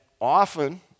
often